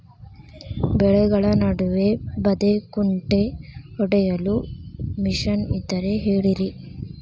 ಬೆಳೆಗಳ ನಡುವೆ ಬದೆಕುಂಟೆ ಹೊಡೆಯಲು ಮಿಷನ್ ಇದ್ದರೆ ಹೇಳಿರಿ